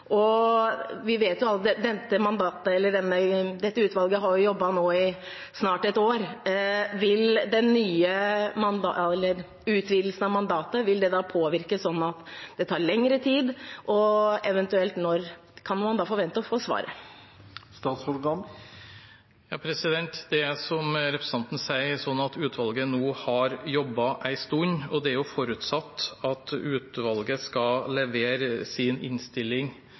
Vi vet jo at dette utvalget nå har jobbet i snart et år. Vil den nye utvidelsen av mandatet påvirke det sånn at det tar lengre tid? Og eventuelt: Når kan man da forvente å få svaret? Som representanten sier, har utvalget nå jobbet en stund, og det er forutsatt at det skal levere sin innstilling